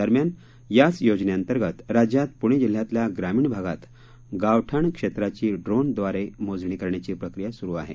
दरम्यान याच योजनेअंतर्गत राज्यात पुणे जिल्ह्यातल्या ग्रामीण भागात गावठाण क्षेत्राची ड्रोनव्दारे मोजणी करण्याची प्रक्रिया सुरु आहे